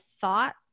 thought